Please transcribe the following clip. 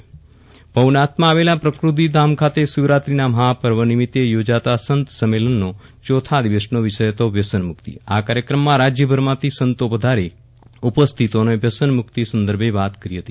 વિરલ રાણા સંત સમેલન ભવનાથ ભવનાથમાં આવેલા પ્રકૃતીધામ ખાતે શિવરાત્રીનાં મહાપર્વે નિમિત્તે યોજાતા સંત સમંલનનો ચોથા દિવસનો વિષય હતો વ્યસનમુક્તિ આ કાર્યક્રમમાં રાજ્યભરમાંથી સંતો પધારી ઉપસ્થિતોને વ્યસનમુક્તિ સંદર્ભે વાત કરી હતી